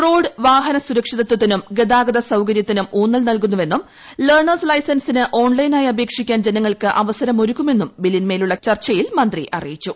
road വാഹന സുരക്ഷിതത്വത്തിനും ഗതാഗത സൌകര്യത്തിനും ഊന്നൽ നൽകുന്നുവെന്നും ലേണേഴ്സ് ലൈസൻസിന് ഓൺലൈനായി അപേക്ഷിക്കാൻ ജനങ്ങൾക്ക് അവസരം ഒരുക്കുമെന്നും ബില്ലിന്മേലുള്ള ചർച്ചയിൽ മന്ത്രി അറിയിച്ചു